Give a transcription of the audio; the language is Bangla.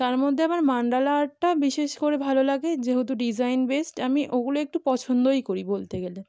তার মধ্যে আমার মণ্ডলা আর্টটা বিশেষ করে ভালো লাগে যেহেতু ডিজাইন বেস্ড আমি ওগুলো একটু পছন্দই করি বলতে গেলে